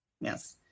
Yes